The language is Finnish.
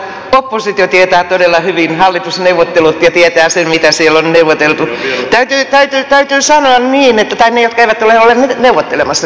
huomaan että oppositio tietää todella hyvin hallitusneuvottelut ja tietää sen mitä siellä on neuvoteltu tai ne jotka eivät ole olleet neuvottelemassa tietävät todella hyvin